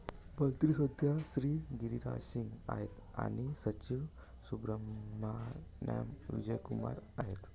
मंत्री सध्या श्री गिरिराज सिंग आहेत आणि सचिव सुब्रहमान्याम विजय कुमार आहेत